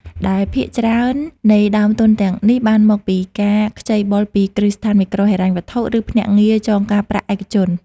ដែលភាគច្រើននៃដើមទុនទាំងនេះបានមកពីការខ្ចីបុលពីគ្រឹះស្ថានមីក្រូហិរញ្ញវត្ថុ ឬភ្នាក់ងារចងការប្រាក់ឯកជន។